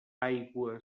aigua